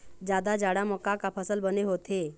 जादा जाड़ा म का का फसल बने होथे?